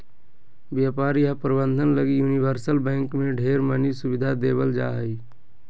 व्यापार या प्रबन्धन लगी यूनिवर्सल बैंक मे ढेर मनी सुविधा देवल जा हय